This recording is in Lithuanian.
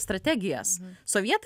strategijas sovietai